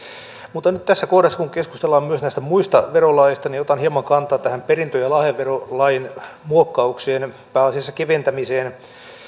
mutta nyt tässä kohdassa kun keskustellaan myös näistä muista verolaeista otan hieman kantaa tähän perintö ja lahjaverolain muokkaukseen pääasiassa keventämiseen